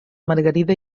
margarida